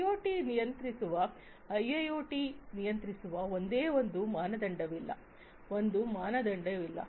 ಐಒಟಿಯನ್ನು ನಿಯಂತ್ರಿಸುವ ಐಐಒಟಿಯನ್ನು ನಿಯಂತ್ರಿಸುವ ಒಂದೇ ಒಂದು ಮಾನದಂಡವಿಲ್ಲ ಒಂದೇ ಮಾನದಂಡವಿಲ್ಲ